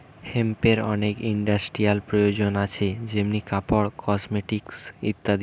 হেম্পের অনেক ইন্ডাস্ট্রিয়াল প্রয়োজন আছে যেমনি কাপড়, কসমেটিকস ইত্যাদি